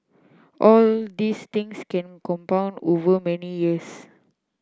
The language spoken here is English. all these things can compound over many years